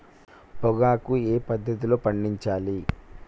పొగాకు ఏ పద్ధతిలో పండించాలి?